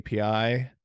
API